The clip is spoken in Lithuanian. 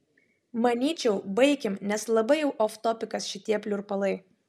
manyčiau baikim nes labai jau oftopikas šitie pliurpalai